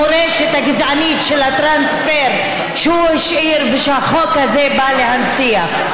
המורשת הגזענית של הטרנספר שהוא השאיר ושהחוק הזה בא להנציח.